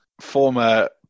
Former